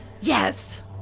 Yes